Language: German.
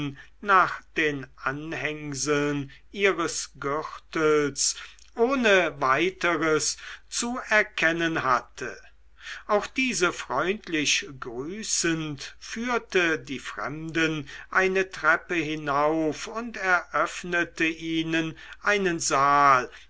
nach den anhängseln ihres gürtels ohne weiteres zu erkennen hatte auch diese freundlich grüßend führte die fremden eine treppe hinauf und eröffnete ihnen einen saal